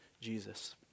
Jesus